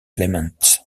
elements